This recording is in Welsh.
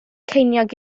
ceiniog